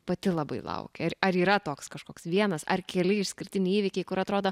pati labai lauki ar ar yra toks kažkoks vienas ar keli išskirtiniai įvykiai kur atrodo